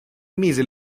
mise